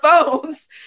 phones